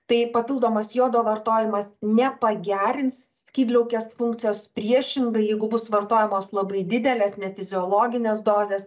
tai papildomas jodo vartojimas nepagerins skydliaukės funkcijos priešingai jeigu bus vartojamos labai didelės nefiziologinės dozės